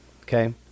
Okay